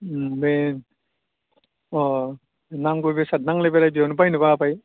बे अ नांगौ बेसाद नांलायबा बेयावनो बायनोबो हाबाय